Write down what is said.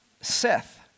Seth